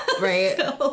Right